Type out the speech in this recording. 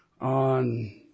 on